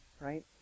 right